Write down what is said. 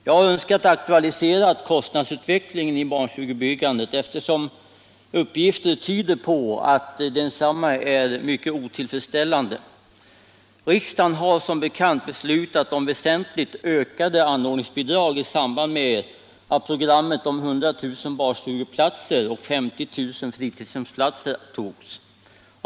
Jag har önskat aktualisera kostnadsutvecklingen i barnstugebyggandet, eftersom uppgifter tyder på att denna är mycket otillfredsställande. Riksdagen har som bekant beslutat om väsentligt ökade anordningsbidrag i samband med att programmet om 100 000 barnstugeplatser och 50 000 fritidshemsplatser antogs.